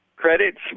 credits